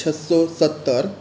છસો સત્તર